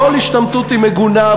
כל השתמטות היא מגונה,